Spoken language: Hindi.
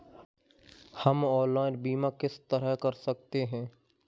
हम ऑनलाइन बीमा किस तरह कर सकते हैं?